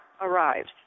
arrives